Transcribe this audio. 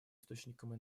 источником